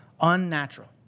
unnatural